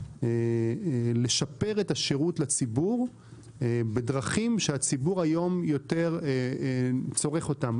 - לשפר את השירות לציבור בדרכים שהציבור היום יותר צורך אותם.